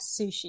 sushi